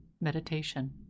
meditation